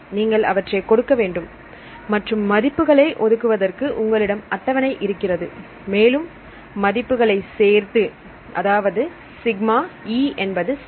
நீங்கள் அவற்றை கொடுக்க வேண்டும் மற்றும் மதிப்புகளை ஒதுக்குவதற்கு உங்களிடம் அட்டவணை இருக்கிறது மேலும் மதிப்புகளை சேர்த்து அதாவது சிக்மா E என்பது சரி